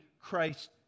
Christ